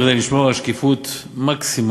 כדי לשמור על שקיפות מקסימלית,